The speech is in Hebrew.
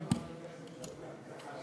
תודה.